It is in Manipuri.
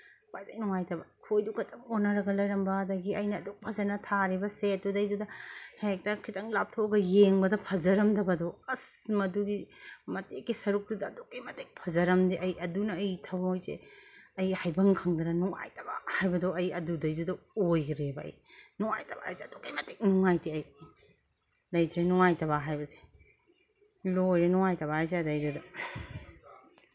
ꯈ꯭ꯋꯥꯏꯗꯒꯤ ꯅꯨꯡꯉꯥꯏꯇꯕ ꯈꯣꯏꯗꯨ ꯈꯛꯇ ꯑꯣꯟꯅꯔꯒ ꯂꯩꯔꯝꯕ ꯑꯗꯒꯤ ꯑꯩꯅ ꯑꯗꯨꯛ ꯐꯖꯅ ꯊꯥꯔꯤꯕ ꯁꯦꯠꯇꯨꯗꯩꯗꯨꯗ ꯍꯦꯛꯇ ꯈꯤꯇꯪ ꯂꯥꯞꯊꯣꯛꯑꯒ ꯌꯦꯡꯕꯗ ꯐꯖꯔꯝꯗꯕꯗꯣ ꯑꯁ ꯃꯗꯨꯒꯤ ꯃꯇꯦꯛꯀꯤ ꯁꯔꯨꯛꯇꯨꯗ ꯑꯗꯨꯛꯀꯤ ꯃꯇꯤꯛ ꯐꯖꯔꯝꯗꯦ ꯑꯩ ꯑꯗꯨꯅ ꯑꯩ ꯊꯝꯃꯣꯏꯁꯦ ꯑꯩ ꯍꯥꯏꯕꯝ ꯈꯪꯗꯅ ꯅꯨꯡꯉꯥꯏꯇꯕ ꯑꯃ ꯍꯥꯏꯕꯗꯣ ꯑꯩ ꯑꯗꯨꯗꯩꯗꯨꯗ ꯑꯣꯏꯈ꯭ꯔꯦꯕ ꯑꯩ ꯅꯨꯡꯉꯥꯏꯇꯕ ꯍꯥꯏꯁꯦ ꯑꯗꯨꯛꯀꯤ ꯃꯇꯤꯛ ꯅꯨꯡꯉꯥꯏꯇꯦ ꯑꯩ ꯂꯩꯇ꯭ꯔꯦ ꯅꯨꯡꯉꯥꯏꯇꯕ ꯍꯥꯏꯕꯁꯦ ꯂꯣꯏꯔꯦ ꯅꯨꯡꯉꯥꯏꯇꯕ ꯍꯥꯏꯁꯦ ꯑꯗꯩꯗꯨꯗ